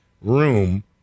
room